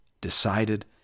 decided